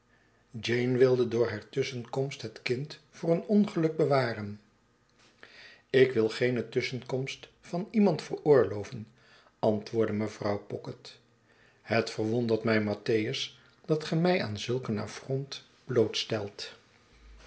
jeane wilde door hare tusschenkomst het kind voor een ongeluk bewaren ik wil geene tusschenkomst van iemand veroorloven antwoordde mevrouw pocket het verwondert mij mattheus dat ge mij aan zulk